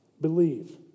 Believe